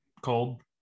cold